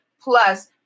plus